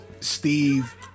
Steve